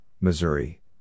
Missouri